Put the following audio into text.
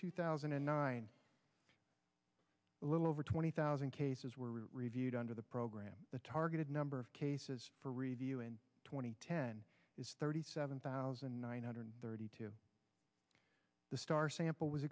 two thousand and nine a little over twenty thousand cases were reviewed under the program the targeted number of cases for review in two thousand and ten is thirty seven thousand nine hundred thirty two the star sample was